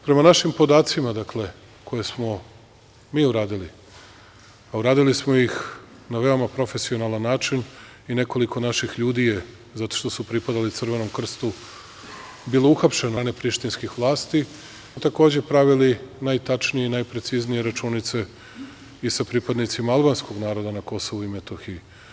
Prema našim podacima koje smo mi uradili, a uradili smo ih na veoma profesionalan način i nekoliko naših ljudi je, zato što su pripadali Crvenom krstu, bilo uhapšeno od strane prištinskih vlasti, gde smo takođe pravili najtačnije i najpreciznije računice i sa pripadnicima albanskog naroda na Kosovu i Metohiji.